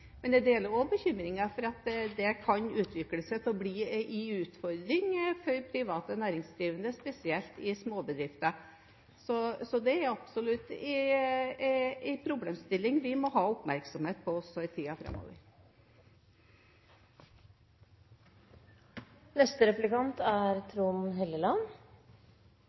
Men jeg deler også bekymringen for at det kan utvikle seg til å bli en utfordring for private næringsdrivende, spesielt for småbedrifter. Så det er absolutt en problemstilling vi må ha oppmerksomhet på også i